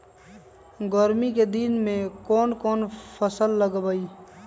गर्मी के दिन में कौन कौन फसल लगबई?